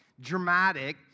Dramatic